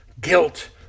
guilt